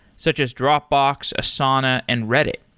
such as dropbox, asana and reddit.